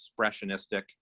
expressionistic